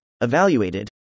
evaluated